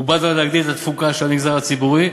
ובד בבד להגדלת התפוקה של המגזר הציבורי,